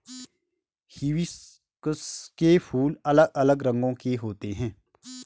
hibiscus के फूल अलग अलग रंगो के होते है